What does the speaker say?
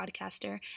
podcaster